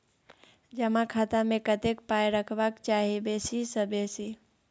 जमा खाता मे कतेक पाय रखबाक चाही बेसी सँ बेसी?